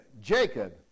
Jacob